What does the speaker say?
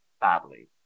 badly